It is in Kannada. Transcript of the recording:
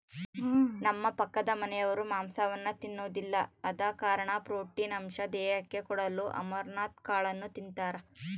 ನಮ್ಮ ಪಕ್ಕದಮನೆರು ಮಾಂಸವನ್ನ ತಿನ್ನೊದಿಲ್ಲ ಆದ ಕಾರಣ ಪ್ರೋಟೀನ್ ಅಂಶ ದೇಹಕ್ಕೆ ಕೊಡಲು ಅಮರಂತ್ ಕಾಳನ್ನು ತಿಂತಾರ